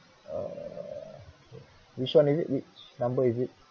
uh okay which one is it which number is it